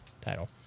title